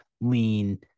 lean